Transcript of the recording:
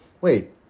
wait